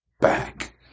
back